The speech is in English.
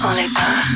Oliver